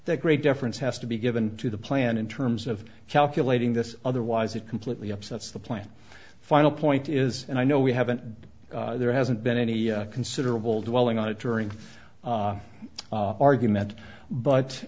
that great deference has to be given to the plan in terms of calculating this otherwise it completely upsets the plan a final point is and i know we haven't there hasn't been any considerable dwelling on it during argument but